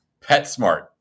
PetSmart